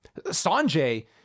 Sanjay